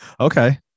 okay